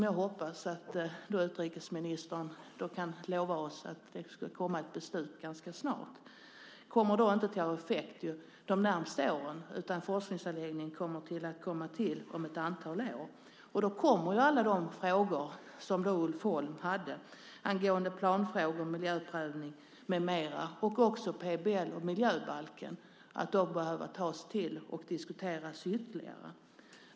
Jag hoppas att ministern kan lova oss att det ska komma ett beslut ganska snart. Beslutet, om det kommer, kommer då inte att ha effekt de närmaste åren, utan forskningsanläggningen kommer att komma till om ett antal år. Och då kommer alla de frågor som Ulf Holm hade angående planfrågor, miljöprövning, PBL, miljöbalken med mera att behöva diskuteras ytterligare.